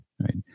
right